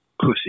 pussy